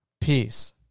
Peace